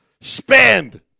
spend